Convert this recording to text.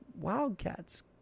Wildcats